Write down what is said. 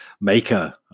Maker